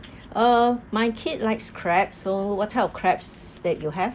my kid likes crab so what type of crabs that you have